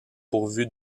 pourvues